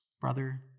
brother